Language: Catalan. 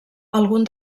algun